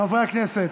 חברי הכנסת,